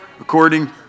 according